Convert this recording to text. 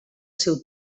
seu